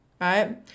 right